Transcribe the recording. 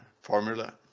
formula